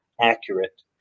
accurate